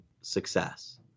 success